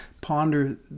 ponder